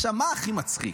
עכשיו, מה הכי מצחיק?